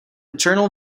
eternal